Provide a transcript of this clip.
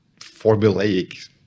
formulaic